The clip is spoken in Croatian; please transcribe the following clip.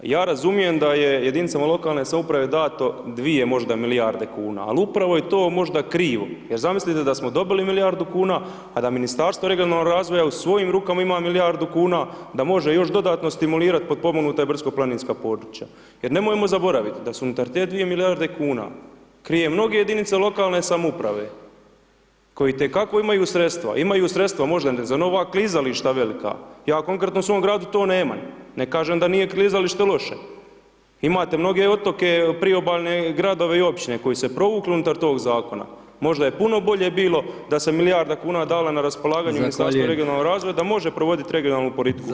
Ja razumijem da je jedinicama lokalne samouprave dato 2 možda milijarde kuna, al, upravo je to, možda, krivo, jer zamislite da smo dobili milijardu kuna, a da Ministarstvo regionalnog razvoja u svojim rukama ima milijardu kuna, da može još dodatno stimulirati potpomognuta brdsko planinska područja jer nemojmo zaboraviti da su unutar te 2 milijarde kuna krije mnoge jedinice lokalne samouprave koje itekako imaju sredstva, imaju sredstva možda za nova klizališta velika, ja konkretno u svom gradu to nemam, ne kažem da nije klizalište loše, imate mnoge otoke priobalne gradove i općine koji su se provukli unutar toga Zakona, možda je puno bolje bilo da se milijarda kuna dala na raspolaganje [[Upadica: Zahvaljujem]] Ministarstvu regionalnog razvoja da može provoditi regionalnu politiku u RH.